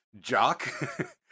jock